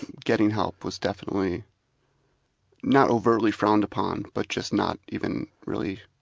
getting help was definitely not overtly frowned upon, but just not even really